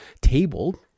table